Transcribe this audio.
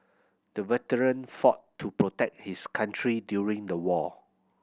the veteran fought to protect his country during the war